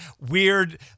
weird